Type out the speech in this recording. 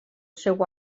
seu